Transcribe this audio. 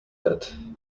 that